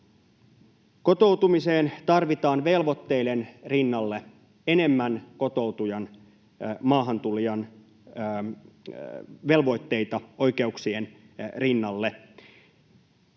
Kotoutumiseen tarvitaan velvoitteiden rinnalle enemmän kotoutujan, maahantulijan, velvoitteita oikeuksien rinnalle.